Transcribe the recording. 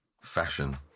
Fashion